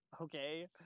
Okay